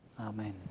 Amen